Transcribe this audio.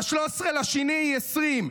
ב-13 בפברואר 2020,